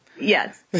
Yes